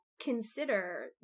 consider